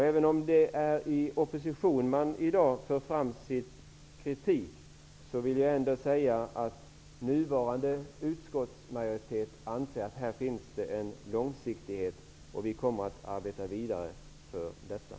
Även om det i dag är i opposition som man för fram sin kritik, vill jag ändå säga att nuvarande utskottsmajoritet anser att det föreligger långsiktighet. Det kommer också att arbetas vidare för långsiktighet.